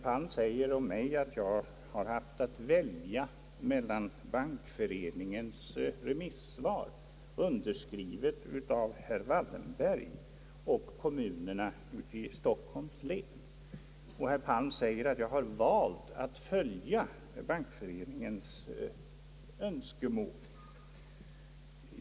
Han säger att jag har haft att välja mellan Bankföreningens remissvar, underskrivet av herr Wallenberg, och kommunernas i Stockholms län önskemål. Och han yttrar att jag har valt att följa Bankföreningen.